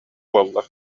буолла